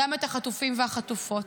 גם את החטופים והחטופות.